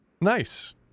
Nice